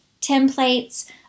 templates